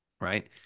right